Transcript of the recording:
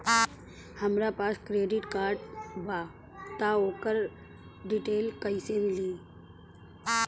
हमरा पास credit card बा त ओकर डिटेल्स कइसे मिली?